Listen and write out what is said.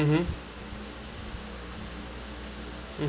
mmhmm mm